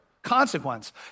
consequence